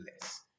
Less